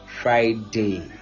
Friday